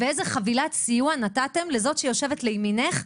איזו חבילת סיוע נתתם לזאת שיושבת לימינך?